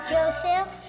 Joseph